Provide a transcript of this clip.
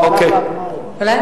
חבל שהוא לא נשאר, הנה, הוא נכנס.